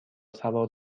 سوار